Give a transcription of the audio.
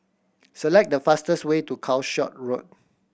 select the fastest way to Calshot Road